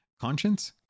conscience